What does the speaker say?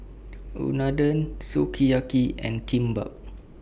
Unadon Sukiyaki and Kimbap